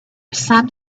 some